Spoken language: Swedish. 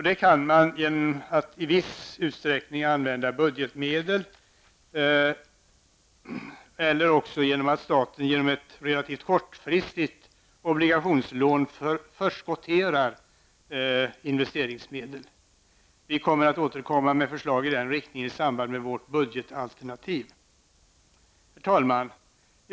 Det kan ske genom att man i viss utsträckning använder budgetmedel, men staten kan också genom ett relativt kortfristigt obligationslån ''förskottera'' investeringsmedlet. Vi kommer att återkomma med förslag i denna riktning i samband med vårt budgetalternativ. Herr talman!